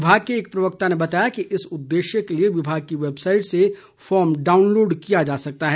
विभाग के एक प्रवक्ता ने बताया कि इस उद्देश्य के लिए विभाग की वेबसाईट से फार्म डाउनलोड किया जा सकता है